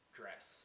dress